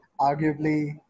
arguably